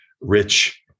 rich